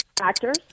Actors